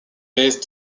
based